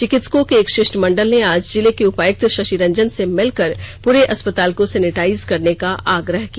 चिकित्सकों के एक शिष्टमंडल ने आज जिले के उपायुक्त शशिरंजन से मिलकर पूरे अस्पताल को सैनिटाइज करने का आग्रह किया